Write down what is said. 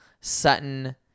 Sutton